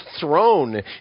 throne